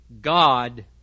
God